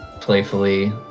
playfully